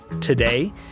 today